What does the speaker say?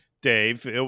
Dave